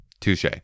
Touche